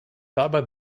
dabei